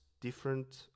different